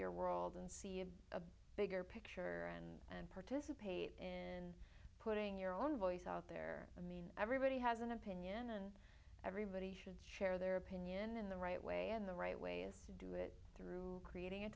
your world and see a bigger picture and and participate in putting your own voice out there i mean everybody has an opinion and everybody should share their opinion in the right way and the right way is to do it through creating a